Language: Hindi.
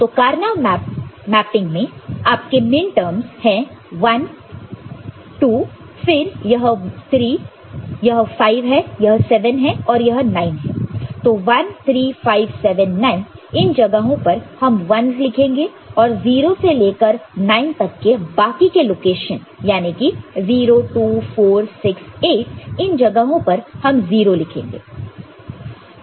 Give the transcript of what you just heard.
तो कार्नो मैपिंग में आपके मिनटर्म्स है 1 1 2 फिर यह 3 है यह 5 है यह 7 है और यह 9 है तो 1 3 5 7 9 इन जगहों पर हम 1's लिखेंगे और 0 से लेकर 9 तक के बाकी के लोकेशन याने की 0 2 4 6 8 इन जगहों पर हम 0 लिखेंगे